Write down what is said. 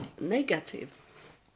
negative